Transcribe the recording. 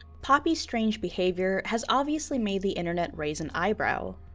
poppy's strange behavior has obviously made the internet raise an eyebrow.